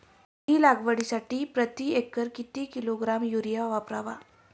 वांगी लागवडीसाठी प्रती एकर किती किलोग्रॅम युरिया वापरावा?